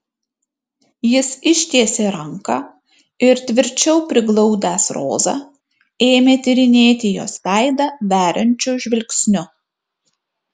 jis ištiesė ranką ir tvirčiau priglaudęs rozą ėmė tyrinėti jos veidą veriančiu žvilgsniu